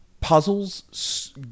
puzzles